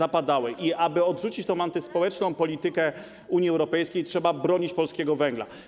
Aby odrzucić tę antyspołeczną politykę Unii Europejskiej, trzeba bronić polskiego węgla.